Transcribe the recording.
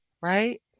right